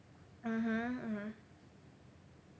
mmhmm mmhmm